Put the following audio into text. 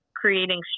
creating